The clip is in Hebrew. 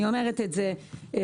אני אומרת את זה ליושב-ראש.